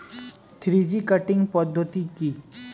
Three G cutting পদ্ধতি কি?